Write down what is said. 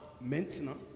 Maintenant